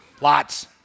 Lots